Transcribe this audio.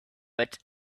but